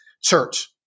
church